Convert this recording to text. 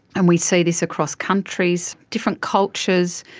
and we see this across countries, different cultures,